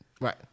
Right